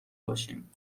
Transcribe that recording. باشیم